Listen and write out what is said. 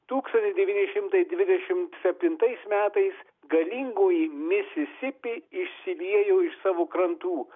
tūkstantis devyni šimtai dvidešimt septintais metais galingoji misisipė išsiliejo iš savo krantų